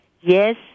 Yes